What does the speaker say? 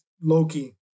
Loki